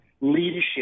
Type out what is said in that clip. leadership